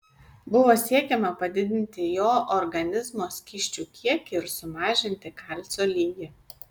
buvo siekiama padidinti jo organizmo skysčių kiekį ir sumažinti kalcio lygį